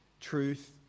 truth